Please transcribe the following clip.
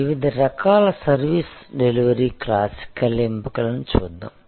వివిధ రకాల service delivery classical ఎంపికలను చూద్దాం